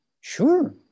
sure